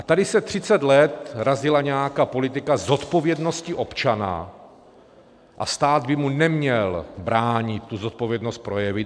Tady se třicet let razila nějaká politika zodpovědnosti občana a stát by mu neměl bránit tu zodpovědnost projevit.